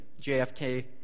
JFK